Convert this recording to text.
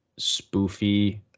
spoofy